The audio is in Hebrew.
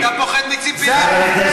אומנם, אדוני